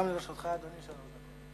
גם לרשותך, אדוני, שלוש דקות.